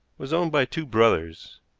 was owned by two brothers,